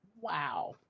Wow